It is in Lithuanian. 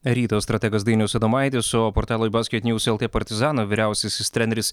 ryto strategas dainius adomaitis savo portalui basket njūs el tė partizano vyriausiasis treneris